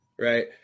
right